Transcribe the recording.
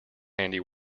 handy